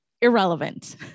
irrelevant